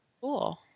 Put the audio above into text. cool